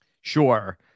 Sure